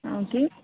ம் ஓகே